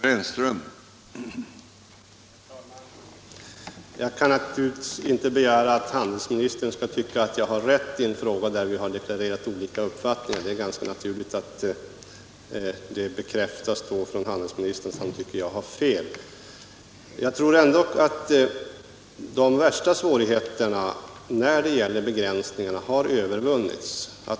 Herr talman! Jag kan naturligtvis inte begära att handelsministern skall ge mig rätt i en fråga där vi har deklarerat olika uppfattningar, och det är ganska naturligt att handelsministern vidhåller att jag har fel. Men jag tror ändå att de största svårigheterna när det gäller begränsningarna har övervunnits.